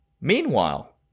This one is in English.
Meanwhile